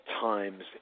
times